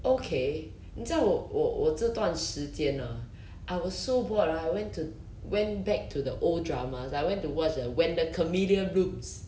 okay 你知道我我我这段时间 ah I was so bored right I went to went back to the old dramas I went to watch the when the camellia blooms